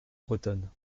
bretonne